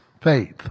faith